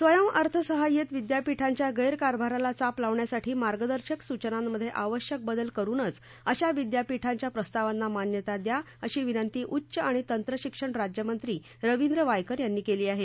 स्वयं अर्थसहायियत विद्यापिठांच्या गर्फीरभाराला चाप लावण्यासाठी मार्गदर्शक सूचनांमधे आवश्यक बदल करुनच अशा विद्यापिठाच्या प्रस्तावांना मान्यता द्या अशी विनंती उच्च आणि तंत्रशिक्षण राज्यमंत्री रविंद्र वायकर यांनी केली आहे